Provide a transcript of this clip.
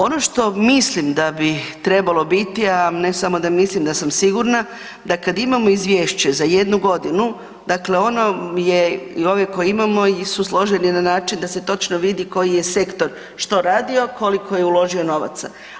Ono što mislim da bi trebalo biti a ne samo da mislim nego sam sigurna, da kad imamo izvješće za jednu godinu, dakle ono je i ove koje imamo su složeni na način da se točno vidi koji je sektor što radio, koliko je uloženo novaca.